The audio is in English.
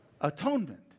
Atonement